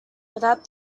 without